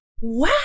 wow